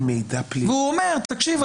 והוא אומר: תקשיב,